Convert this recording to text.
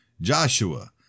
Joshua